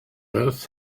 earth